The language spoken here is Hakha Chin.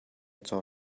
caw